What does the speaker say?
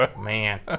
Man